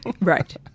right